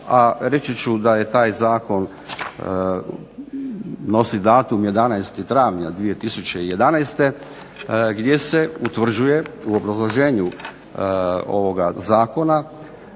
a reći ću da je taj zakon nosi datum 11. travnja 2011., gdje se utvrđuje u obrazloženju ovoga zakona